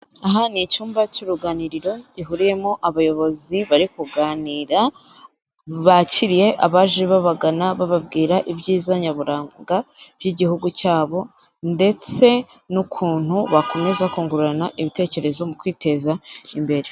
Aha ni icyumba cy'uruganiriro, gihuriyemo abayobozi bari kuganira bakiriye abaje babagana bababwira ibyiza nyaburanga by'igihugu cyabo, ndetse n'ukuntu bakomeza kungurana ibitekerezo mu kwiteza imbere.